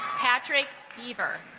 patrick fever